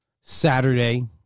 Saturday